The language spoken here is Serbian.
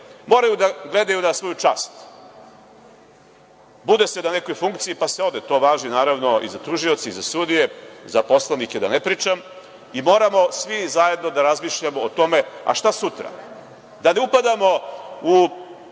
moraju da gledaju na svoju čast. Bude se na nekoj funkciji, pa se ode, to važi naravno i za tužioce i za sudije, za poslanike da ne pričam i moramo svi zajedno da razmišljamo o tome - šta sutra? Da ne upadamo u